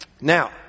Now